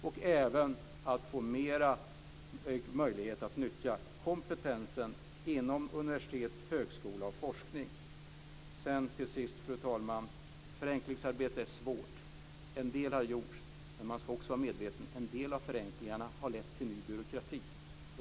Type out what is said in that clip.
Det gäller även att få större möjligheter att nyttja kompetensen inom universitet, högskola och forskning. Till sist, fru talman! Förenklingsarbete är svårt. En del har gjorts men man ska också vara medveten om att en del av förenklingarna har lett till ny byråkrati.